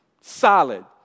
Solid